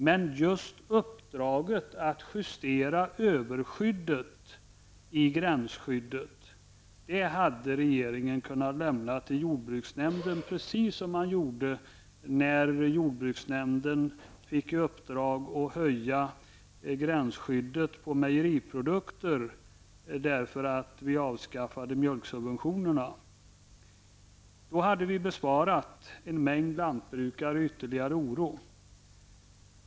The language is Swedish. Men just uppdraget att justera överskyddet i gränsskyddet hade regeringen kunnat lämna till jordbruksnämnden, precis som man gjorde när jordbruksnämnden fick i uppdrag att höja gränsskyddet på mejeriprodukter, därför att vi avskaffade mjölksubventionerna. Då hade vi besparat en mängd lantbrukare ytterligare oro.